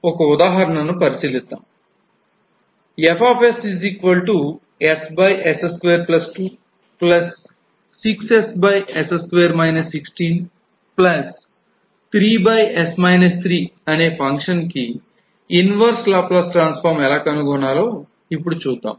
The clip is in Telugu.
ఒక ఉదాహరణను పరిశీలిద్దాం ఎలా కనుగొనాలో ఇప్పుడు చూద్దాం